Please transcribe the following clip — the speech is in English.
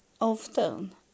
Often